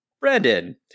Brandon